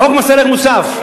שאלת מי מת.